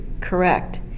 correct